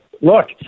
look